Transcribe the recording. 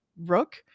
Rook